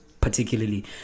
particularly